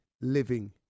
living